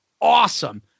awesome